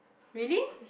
really